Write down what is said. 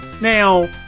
Now